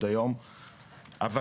בראש,